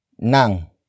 Nang